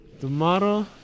tomorrow